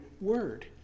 word